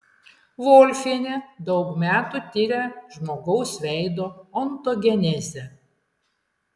volfienė daug metų tiria žmogaus veido ontogenezę